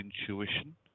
intuition